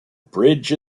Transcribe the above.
bridge